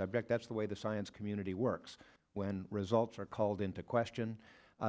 subject that's the way the science community works when results are called into question